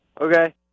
Okay